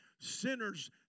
Sinners